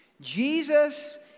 Jesus